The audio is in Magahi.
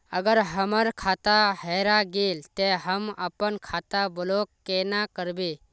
अगर हमर खाता हेरा गेले ते हम अपन खाता ब्लॉक केना करबे?